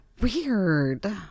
weird